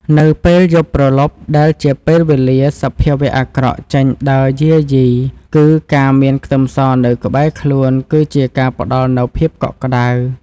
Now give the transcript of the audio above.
នៅពេលយប់ព្រលប់ដែលជាពេលវេលាសភាវៈអាក្រក់ចេញដើរយាយីគឺការមានខ្ទឹមសនៅក្បែរខ្លួនគឺជាការផ្ដល់នូវភាពកក់ក្តៅ។